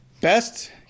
best